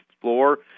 floor